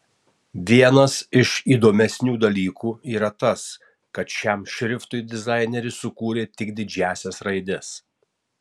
vienas iš įdomesnių dalykų yra tas kad šiam šriftui dizaineris sukūrė tik didžiąsias raides